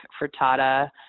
frittata